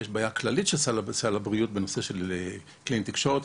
כי יש בעיה כללית בסל הבריאות בנושא של קלינאיות תקשורת,